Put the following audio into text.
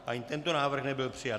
Ani tento návrh nebyl přijat.